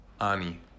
Ani